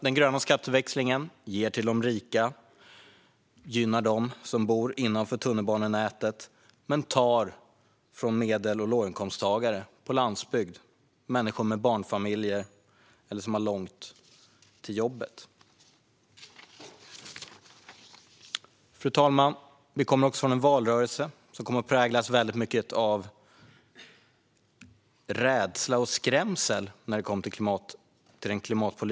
Den gröna skatteväxlingen ger till de rika och gynnar dem som bor innanför tunnelbanenätet men tar från medel och låginkomsttagare på landsbygden. Det handlar om barnfamiljer och människor som har långt till jobbet. Fru talman! Den klimatpolitiska debatten under valrörelsen kom att präglas mycket av rädsla och skrämsel.